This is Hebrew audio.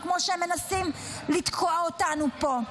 כמו שהם מנסים לתקוע אותנו פה,